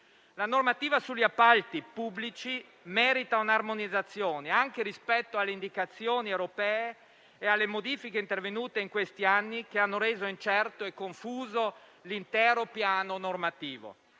La normativa sugli appalti pubblici merita un'armonizzazione anche rispetto alle indicazioni europee e alle modifiche intervenute in questi anni, che hanno reso incerto e confuso l'intero piano normativo.